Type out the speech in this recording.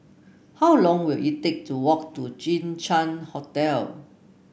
how long will it take to walk to Jinshan Hotel